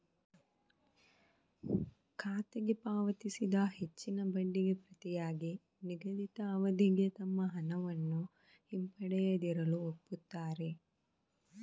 ಖಾತೆಗೆ ಪಾವತಿಸಿದ ಹೆಚ್ಚಿನ ಬಡ್ಡಿಗೆ ಪ್ರತಿಯಾಗಿ ನಿಗದಿತ ಅವಧಿಗೆ ತಮ್ಮ ಹಣವನ್ನು ಹಿಂಪಡೆಯದಿರಲು ಒಪ್ಪುತ್ತಾರೆ